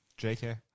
JK